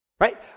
Right